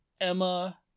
emma